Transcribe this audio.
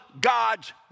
God's